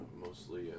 mostly